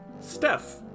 Steph